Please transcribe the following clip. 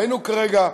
היינו כרגע,